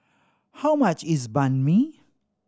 how much is Banh Mi